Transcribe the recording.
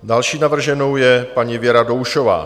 Další navrženou je paní Věra Doušová.